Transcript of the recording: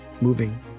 moving